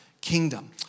kingdom